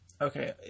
okay